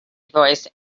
voice